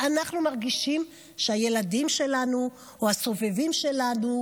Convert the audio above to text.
ואנחנו מרגישים שהילדים שלנו או הסובבים שלנו,